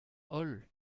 holl